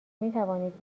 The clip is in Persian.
میتوانید